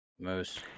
Moose